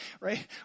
right